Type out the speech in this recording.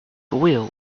wheel